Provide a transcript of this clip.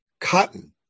cotton